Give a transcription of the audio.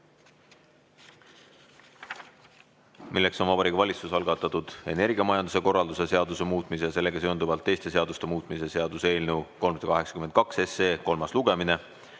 milleks on Vabariigi Valitsuse algatatud energiamajanduse korralduse seaduse muutmise ja sellega seonduvalt teiste seaduste muutmise seaduse eelnõu 382 kolmas lugemine.